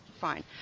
fine